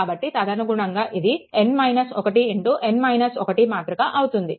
కాబట్టి తదనుగుణంగా ఇది మాతృక అవుతుంది